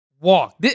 walk